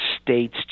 state's